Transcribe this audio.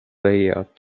layout